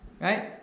right